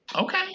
okay